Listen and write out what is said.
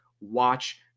watch